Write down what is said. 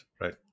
Right